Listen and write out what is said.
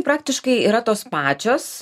praktiškai yra tos pačios